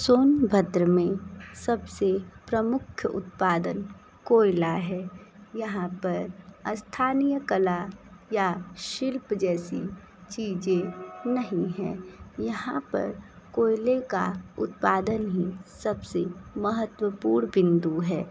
सोनभद्र में सबसे प्रमुख उत्पादन कोयला है यहाँ पर अस्थानीय कला या शिल्प जैसी चीज़ें नहीं हैं यहाँ पर कोयले का उत्पादन ही सबसे महत्वपूर्ण बिंदु है